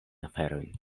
aferojn